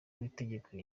w’itegeko